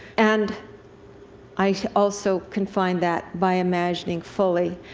and i also can find that by imagining fully,